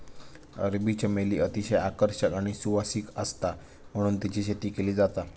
अरबी चमेली अतिशय आकर्षक आणि सुवासिक आसता म्हणून तेची शेती केली जाता